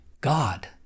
God